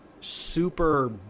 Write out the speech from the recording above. super